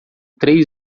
três